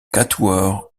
quatuor